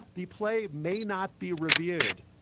be play may not be reviewed.